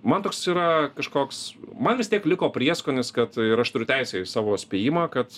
man toks yra kažkoks man vis tiek liko prieskonis kad aš turiu teisę į savo spėjimą kad